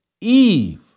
Eve